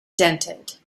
dented